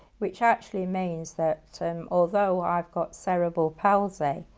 which actually means that so um although i've got cerebral palsy,